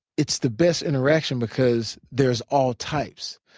it's the best interaction because there's all types.